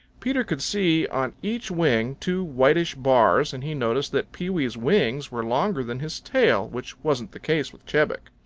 peter could see on each wing two whitish bars, and he noticed that pewee's wings were longer than his tail, which wasn't the case with chebec.